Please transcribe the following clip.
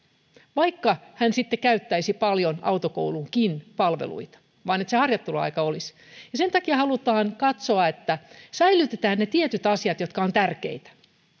vaikka hän sitten käyttäisi paljon autokoulunkin palveluita se harjoitteluaika olisi sen takia halutaan katsoa että säilytetään ne tietyt asiat jotka ovat tärkeitä